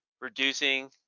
reducing